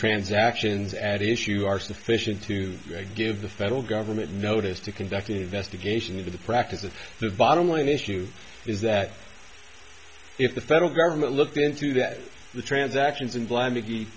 transactions at issue are sufficient to give the federal government notice to conduct an investigation into the practice of the bottom line issue is that if the federal government looked into that the transactions and blind